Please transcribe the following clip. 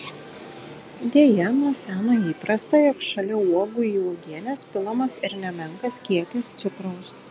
deja nuo seno įprasta jog šalia uogų į uogienes pilamas ir nemenkas kiekis cukraus